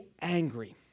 angry